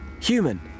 Human